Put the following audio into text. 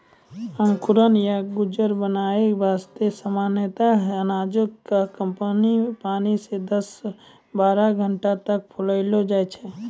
अंकुरण या गजूर बनाय वास्तॅ सामान्यतया अनाज क पानी मॅ दस सॅ बारह घंटा तक फुलैलो जाय छै